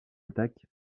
attaque